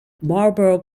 marlborough